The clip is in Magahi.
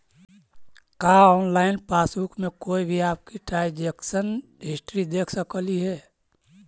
का ऑनलाइन पासबुक में कोई भी आपकी ट्रांजेक्शन हिस्ट्री देख सकली हे